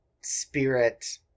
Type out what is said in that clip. spirit